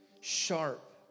sharp